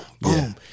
boom